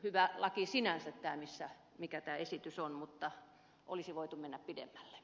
hyvä lakiesitys tämä sinänsä on mutta olisi voitu mennä pidemmälle